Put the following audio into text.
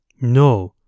No